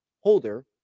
holder